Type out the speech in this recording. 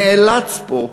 נאלץ פה,